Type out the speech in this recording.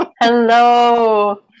Hello